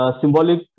Symbolic